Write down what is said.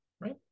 right